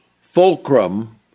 fulcrum